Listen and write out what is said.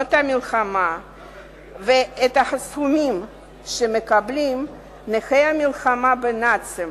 בשנות המלחמה ואת הסכומים שמקבלים נכי המלחמה בנאצים